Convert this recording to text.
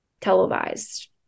televised